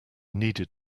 needed